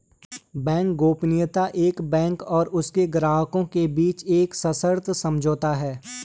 bank गोपनीयता एक bank और उसके ग्राहकों के बीच एक सशर्त समझौता है